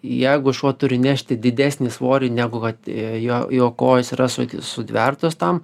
jeigu šuo turi nešti didesnį svorį negu kad jo jo kojos yra sut sutvertos tam